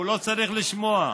הוא לא צריך לשמוע.